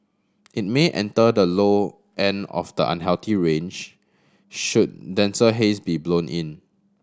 it may enter the low end of the unhealthy range should denser haze be blown in